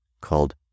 called